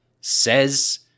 says